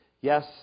Yes